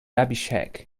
abhishek